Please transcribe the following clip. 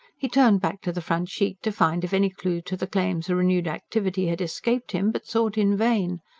he turned back to the front sheet, to find if any clue to the claim's renewed activity had escaped him but sought in vain.